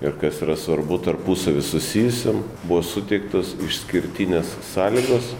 ir kas yra svarbu tarpusavy susijusiom buvo suteiktos išskirtinės sąlygos